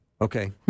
Okay